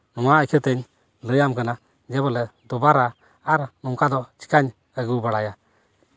ᱱᱚᱣᱟ ᱤᱭᱠᱷᱟᱹ ᱛᱮ ᱞᱟᱹᱭᱟᱢ ᱠᱟᱱᱟ ᱜᱮ ᱵᱚᱞᱮ ᱫᱩᱵᱟᱨᱟ ᱱᱚᱝᱠᱟ ᱫᱚ ᱪᱤᱠᱟᱧ ᱟᱹᱜᱩ ᱵᱟᱲᱟᱭᱟ